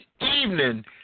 evening